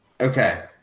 Okay